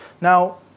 Now